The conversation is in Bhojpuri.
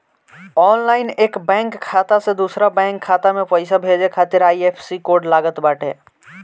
ऑनलाइन एक बैंक खाता से दूसरा बैंक खाता में पईसा भेजे खातिर आई.एफ.एस.सी कोड लागत बाटे